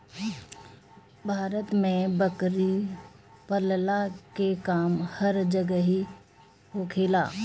भारत में बकरी पलला के काम हर जगही होखेला